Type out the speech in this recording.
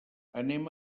anem